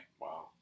Wow